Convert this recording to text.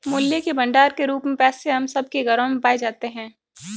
मूल्य के भंडार के रूप में पैसे हम सब के घरों में पाए जाते हैं